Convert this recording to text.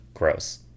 Gross